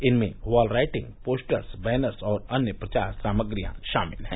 इनमें wall writing posters banners और अन्य प्रचार सामग्रियां शामिल हैं